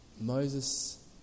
Moses